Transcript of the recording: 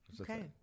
Okay